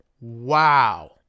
wow